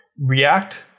React